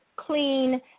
Clean